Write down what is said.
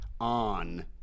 on